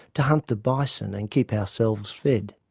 to hunt the bison and keep ourselves fed.